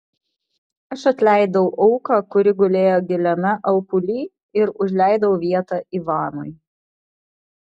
aš atleidau auką kuri gulėjo giliame alpuly ir užleidau vietą ivanui